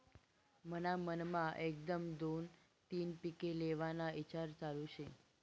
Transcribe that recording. मन्हा मनमा एकदम दोन तीन पिके लेव्हाना ईचार चालू शे